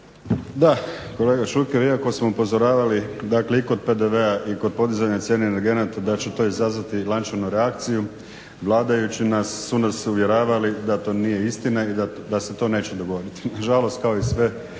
Da kolega Šuker, iako smo upozoravali dakle i kod PDV-a i kod podizanja cijene energenata da će to izazvati lančanu reakciju vladajući su nas uvjeravali da to nije istina i da se to neće dogoditi. Na žalost kao i sve,